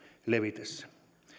levitessä